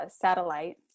satellite